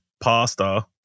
pasta